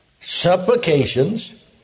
Supplications